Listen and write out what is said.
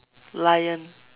lion